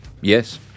Yes